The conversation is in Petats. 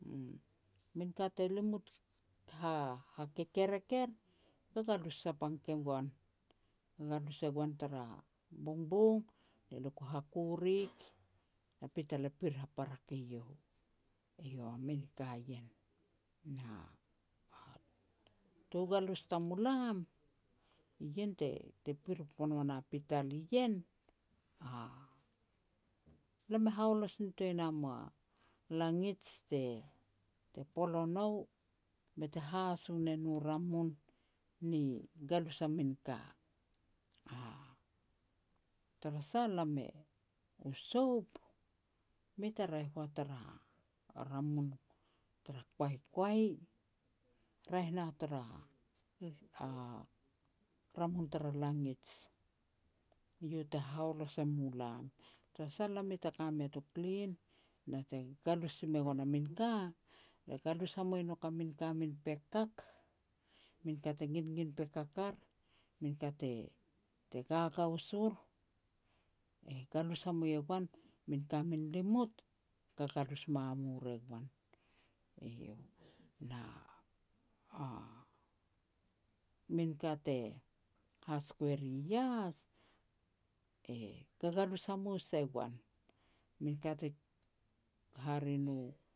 min te limut ha-hakekerek er, e galus sapang ke goan, galus e goan tara bongbong, ne lia ku hakurek, na pital e pir haparak eiau, eiau a min ka ien. Na a tou galus tamulam, ien te pir pon ua na pital ien, a lam e haulos nitoa nam a langij te-te pol o nou bete haso ne no ramun ni galus a min ka. Tara sah elam e, u soap mei ta raeh ua tara ramun tara koaikoai, raeh na tara a ramun tara langij, iau te hahaulos e mu lam. Tara sah elam i mei ta ka mea tu klin, na te galus si me goan a min ka, lia galus hamue e nouk a min ka min pekak, min ka te gingin pekak ar, min ka te-te gagaus ur, e galus hamue goan. Min ka min limut gagalus mamur e goan, iau. Na a min ka te hasiko e ri ias, e gagalus hamua se goan. Min ka te hare nu